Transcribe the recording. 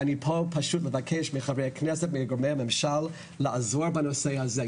אני פה פשוט מבקש מחברי הכנסת ומגורמי הממשל לעזור בנושא הזה.